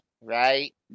right